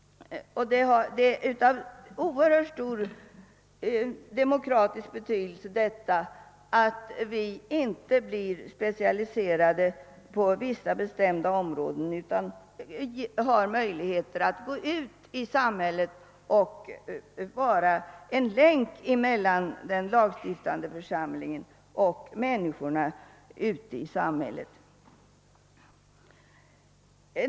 Det är av oerhört stor: betydelse ur demokratisk synpunkt att: en riksdagsledamot inte blir specialiserad på vissa bestämda områden utan har möjlighet att fungera som en länk mellan den lagstiftande församlingen och människorna ute i samhället.